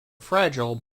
fragile